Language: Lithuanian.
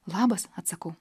labas atsakau